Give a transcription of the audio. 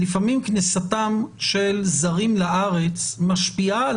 לפעמים כניסתם של זרים לארץ משפיעה על